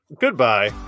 Goodbye